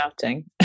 shouting